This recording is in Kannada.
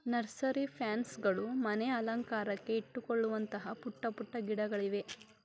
ನರ್ಸರಿ ಪ್ಲಾನ್ಸ್ ಗಳು ಮನೆ ಅಲಂಕಾರಕ್ಕೆ ಇಟ್ಟುಕೊಳ್ಳುವಂತಹ ಪುಟ್ಟ ಪುಟ್ಟ ಗಿಡಗಳಿವೆ